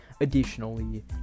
Additionally